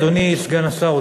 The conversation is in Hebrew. אדוני סגן השר,